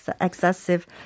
excessive